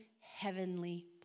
heavenly